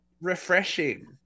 refreshing